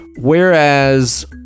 whereas